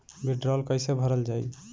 वीडरौल कैसे भरल जाइ?